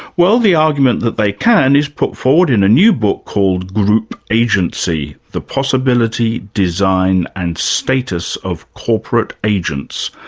well, the argument that they can is put forward in a new book called group agency the possibility, design and status of corporate agents,